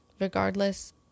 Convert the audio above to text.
Regardless